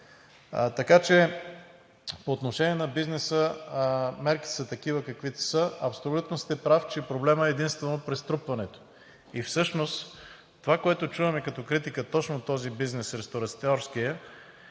Така че по отношение на бизнеса мерките са такива, каквито са. Абсолютно сте прав, че проблемът е единствено при струпването. И всъщност това, което чуваме като критика точно от този бизнес – ресторантьорския,